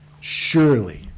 Surely